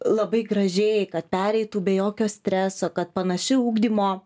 labai gražiai kad pereitų be jokio streso kad panaši ugdymo